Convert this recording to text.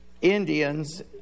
Indians